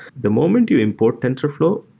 the moment you import tensorflow,